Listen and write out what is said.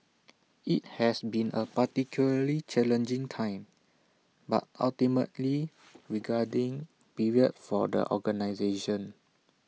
IT has been A particularly challenging time but ultimately rewarding period for the organisation